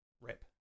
rep